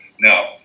Now